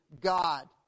God